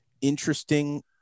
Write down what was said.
interesting